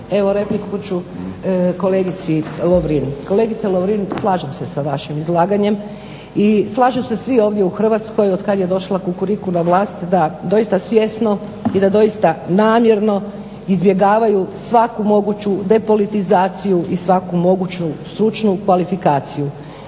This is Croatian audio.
Evo repliku ću kolegici Lovrin. Kolegice Lovrin slažem sa vašim izlaganjem i slažu se svi ovdje u Hrvatskoj otkad je došla kukuriku na vlast da doista svjesno i da doista namjerno izbjegavaju svaku moguću depolitizaciju i svaku moguću stručnu kvalifikaciju.